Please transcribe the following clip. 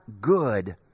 good